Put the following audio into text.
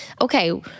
Okay